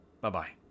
Bye-bye